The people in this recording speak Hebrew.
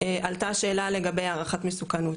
עלתה השאלה לגבי הערכת מסוכנות,